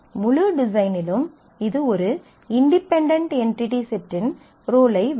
முழு டிசைனிலும் இது ஒரு இன்டிபென்டென்ட் என்டிடி செட்டின் ரோலை வகிக்கும்